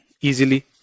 easily